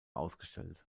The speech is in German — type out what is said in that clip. ausgestellt